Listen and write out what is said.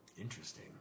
interesting